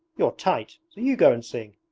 you're tight, so you go and sing